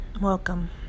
welcome